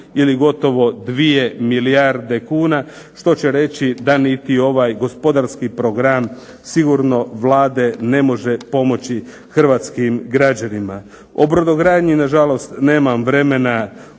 ili gotovo dvije milijarde kuna što će reći da niti ovaj gospodarski program sigurno Vlade ne može pomoći hrvatskim građanima. O brodogradnji na žalost nemam vremena